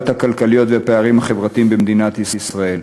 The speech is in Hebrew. הכלכליות והפערים החברתיים במדינת ישראל,